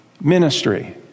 ministry